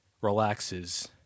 relaxes